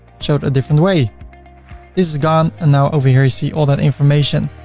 show it a different way. this is gone and now over here you see all that information.